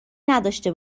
نداشته